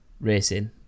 racing